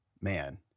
man